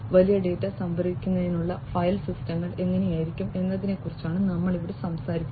വലിയ ഡാറ്റ സംഭരിക്കുന്നതിനുള്ള ഫയൽ സിസ്റ്റങ്ങൾ എങ്ങനെയായിരിക്കും എന്നതിനെക്കുറിച്ചാണ് നമ്മൾ ഇവിടെ സംസാരിക്കുന്നത്